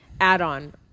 add-on